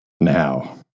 Now